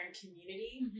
community